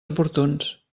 oportuns